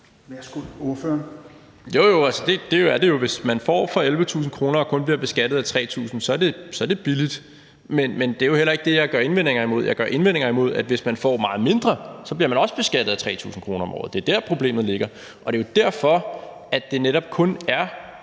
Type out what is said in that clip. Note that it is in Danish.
Rasmus Jarlov (KF): Jo, jo, det er det jo. Hvis man får for 11.000 kr. og kun bliver beskattet af 3.000 kr., er det billigt, men det er jo heller ikke det, jeg gør indvendinger imod. Jeg gør indvendinger imod, at man, hvis man får meget mindre, også bliver beskattet af 3.000 kr. om året. Det er dér, problemet ligger. Og det er jo derfor, at det netop primært